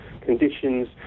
conditions